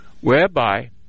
whereby